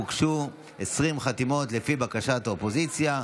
הוגשו 20 חתימות, לפי בקשת האופוזיציה.